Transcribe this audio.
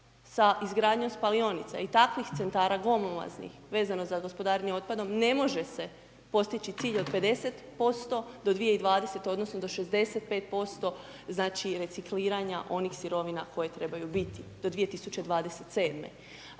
sa izgradnjom spalionica i takvih Centara, glomaznih, vezano za gospodarenje otpadom, ne može se postići cilj od 50% do 2020.-te odnosno do 65%, znači, recikliranja onih sirovina koje trebaju biti do 2027.-me.